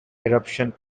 eruption